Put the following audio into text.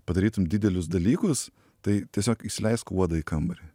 padarytum didelius dalykus tai tiesiog įsileisk uodą į kambarį